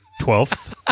twelfth